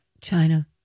China